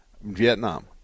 Vietnam